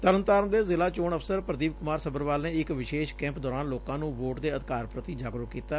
ਤਰਨਤਾਰਨ ਦੇ ਜ਼ਿਲ਼ਾ ਚੋਣ ਅਫ਼ਸਰ ਪ੍ਦੀਪ ਕੁਮਾਰ ਸੱਭਰਵਾਲ ਨੇ ਇਕ ਵਿਸ਼ੇਸ਼ ਕੈਂਪ ਦੌਰਾਨ ਲੋਕਾਂ ਨੂੰ ਵੋਟ ਦੇ ਅਧਿਕਾਰ ਪ੍ਰਤੀ ਜਾਗਰੁਕ ਕੀਤੈ